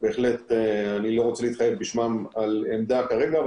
בהחלט אני לא רוצה להתחייב בשמם על עמדה כרגע,